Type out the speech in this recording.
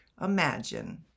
imagine